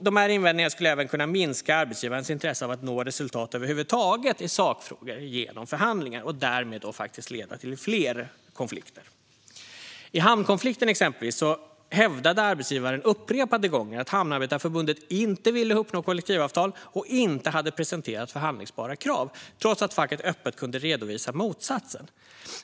Dessa invändningar skulle även kunna minska arbetsgivarens intresse av att över huvud taget nå resultat i sakfrågor genom förhandlingar - och därmed faktiskt leda till fler konflikter. I hamnkonflikten hävdade arbetsgivaren exempelvis upprepade gånger att Hamnarbetarförbundet inte ville uppnå kollektivavtal och inte hade presenterat förhandlingsbara krav, trots att facket öppet kunde redovisa motsatsen.